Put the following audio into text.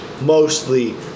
mostly